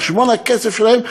על-חשבון הכסף שלהם,